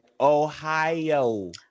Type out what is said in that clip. Ohio